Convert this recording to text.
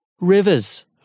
rivers